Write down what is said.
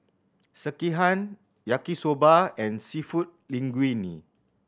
Sekihan Yaki Soba and Seafood Linguine